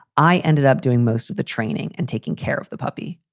i ended up doing most of the training and taking care of the puppy.